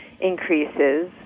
increases